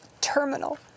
Terminal